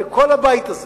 לכל הבית הזה,